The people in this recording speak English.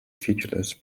featureless